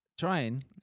trying